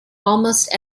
almost